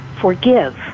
forgive